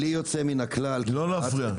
-- בלי יוצא מן הכלל -- לא להפריע,